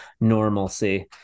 normalcy